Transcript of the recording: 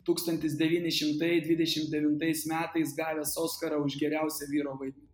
tūkstantis devyni šimtai dvidešim devintais metais gavęs oskarą už geriausią vyro vaidmenį